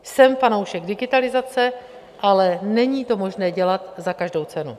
Jsem fanoušek digitalizace, ale není to možné dělat za každou cenu.